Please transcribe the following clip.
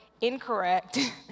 Incorrect